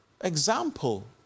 example